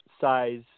size